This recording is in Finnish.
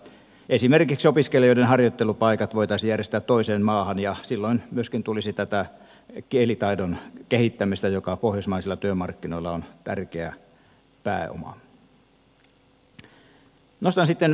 esimerkiksi opiskelijoiden harjoittelupaikat voitaisiin järjestää toiseen maahan ja silloin myöskin tulisi tätä kielitaidon kehittämistä joka pohjoismaisilla työmarkkinoilla on tärkeä pääoma